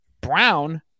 Brown